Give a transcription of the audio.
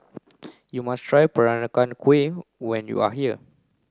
you must try Peranakan Kueh when you are here